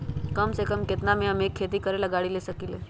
कम से कम केतना में हम एक खेती करेला गाड़ी ले सकींले?